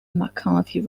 mccarthy